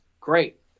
Great